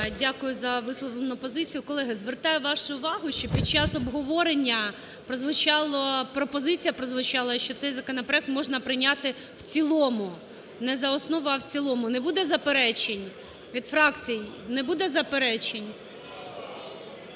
Дякую за висловлену позицію. Колеги, звертаю вашу увагу, що під час обговорення пропозиція прозвучала, що цей законопроект можна прийняти в цілому, не за основу, а в цілому. Не буде заперечень? Від фракцій не буде заперечень?